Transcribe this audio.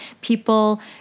people